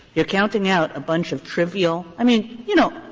you're counting out a bunch of trivial i mean, you know,